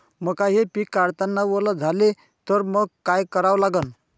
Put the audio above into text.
मका हे पिक काढतांना वल झाले तर मंग काय करावं लागन?